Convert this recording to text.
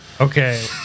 Okay